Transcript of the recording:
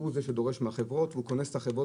הוא זה שדורש מהחברות והוא קונס את החברות